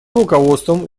руководством